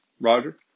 Roger